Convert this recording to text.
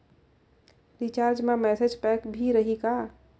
Recharge मा message pack भी रही का?